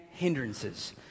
Hindrances